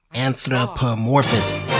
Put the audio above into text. Anthropomorphism